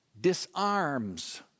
disarms